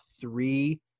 three